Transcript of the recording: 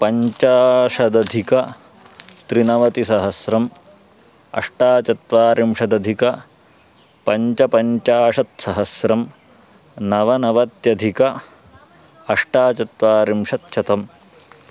पञ्चाशदधिकत्रिनवतिसहस्रम् अष्टचत्वारिंशदधिकपञ्चपञ्चाशत्सहस्रं नवनवत्यधिकम् अष्टाचत्वारिंशत् शतम्